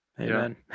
Amen